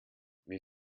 wir